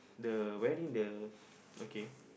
the wearing the okay